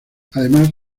además